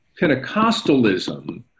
Pentecostalism